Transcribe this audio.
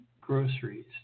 Groceries